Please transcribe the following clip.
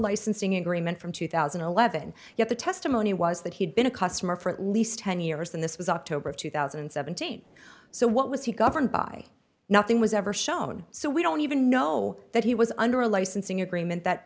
licensing agreement from two thousand and eleven yet the testimony was that he'd been a customer for at least ten years and this was october of two thousand and seventeen so what was he governed by nothing was ever shown so we don't even know that he was under a licensing agreement that